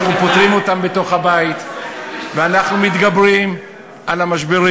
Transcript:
אנחנו פותרים אותם בתוך הבית ואנחנו מתגברים על המשברים.